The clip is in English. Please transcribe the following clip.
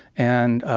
and